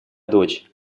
дочь